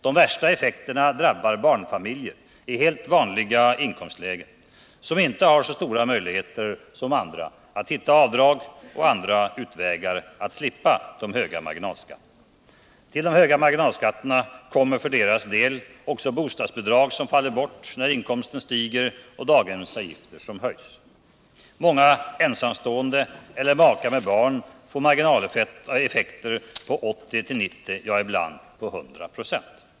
De värsta effekterna drabbar barnfamiljer i helt vanliga inkomstlägen, vilka inte har så stora möjligheter som andra att hitta avdrag och andra utvägar att slippa de höga marginalskatterna. Till höga marginalskatter kommer för deras del också bostadsbidrag som faller bort när inkomsten stiger och daghemsavgifter som höjs. Många ensamstående eller makar med barn får marginaleffekter på 80-90, ja ibland t.o.m. 100 96.